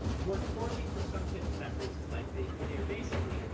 work poorly for some kids for that reason. like they they are basically,